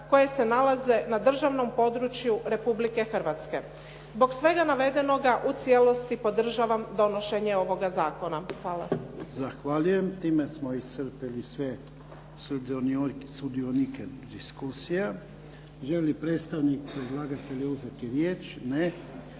koje se nalaze na državnom području Republike Hrvatske. Zbog svega navedenoga u cijelosti podržavam donošenje ovoga zakona. Hvala. **Jarnjak, Ivan (HDZ)** Zahvaljujem. Time smo iscrpili sve sudionike diskusije. Želi li predstavnik predlagatelja uzeti riječ? Ne.